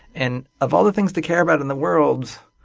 and of all the things to care about in the world,